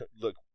look